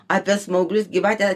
apie smauglius gyvatę